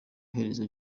herezo